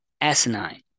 asinine